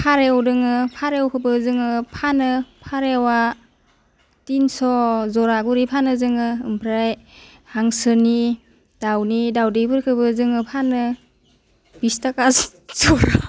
फारेव दङो फारौखौबो जोङो फानो फारेवा थिनस' जरा गरि फानो जोङो ओमफ्राय हांसोनि दाउनि दाउदैफोरखौबो जोङो फानो बिस्टाखा जरा